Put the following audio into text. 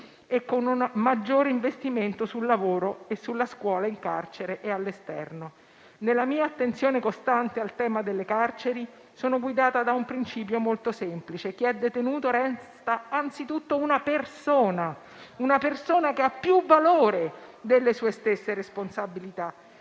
e con un maggiore investimento sul lavoro e sulla scuola, in carcere e all'esterno. Nella mia attenzione costante al tema delle carceri, sono guidata da un principio molto semplice: chi è detenuto resta anzitutto una persona, una persona che ha più valore delle sue stesse responsabilità.